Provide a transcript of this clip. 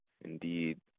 indeed